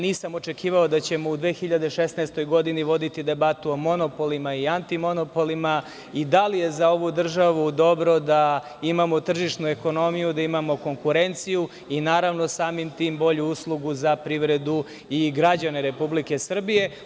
Nisam očekivao da ćemo u 2016. godini voditi debatu o monopolima i antimonopolima i da li je za ovu državu dobro da imamo tržišnu ekonomiju, da imamo konkurenciju i naravno samim tim i bolju uslugu za privredu i građane RS.